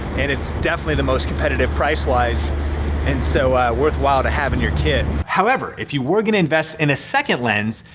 and it's definitely the most competitive price wise and so worthwhile to have in your kit. however, if you were gonna invest in a second lens,